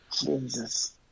Jesus